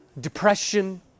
depression